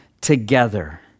together